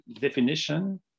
definition